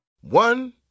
One